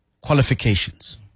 qualifications